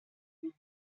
green